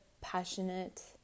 passionate